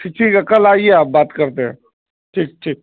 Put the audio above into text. پھر ٹھیک ہے کل آئیے آپ بات کرتے ہیں ٹھیک ٹھیک